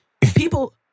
People